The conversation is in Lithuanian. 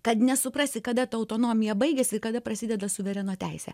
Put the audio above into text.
kad nesuprasi kada ta autonomija baigiasi ir kada prasideda suvereno teisė